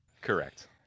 Correct